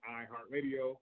iHeartRadio